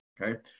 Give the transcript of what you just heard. okay